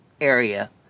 area